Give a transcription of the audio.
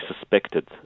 suspected